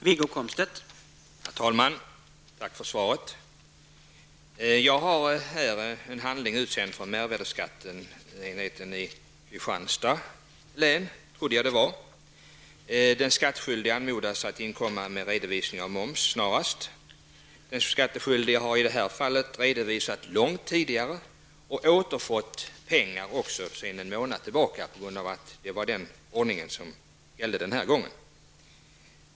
Herr talman! Tack för svaret. Jag har här en handling utsänd från, som jag trodde, mervärdeskatteenheten i Kristianstads län, där den skattskyldige anmodas att inkomma med redovisning av moms snarast. Den skattskyldige hade i detta fall långt tidigare inlämnat sin redovisning och för en månad sedan fått pengar tillbaka enligt den ordning som då gällde.